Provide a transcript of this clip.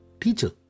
teacher